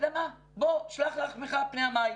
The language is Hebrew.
בוא, שלח לחמך על פני המים.